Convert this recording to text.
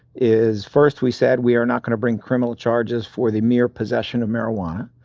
is first we said, we are not gonna bring criminal charges for the mere possession of marijuana.